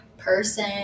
person